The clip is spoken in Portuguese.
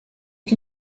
que